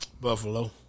Buffalo